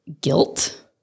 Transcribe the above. guilt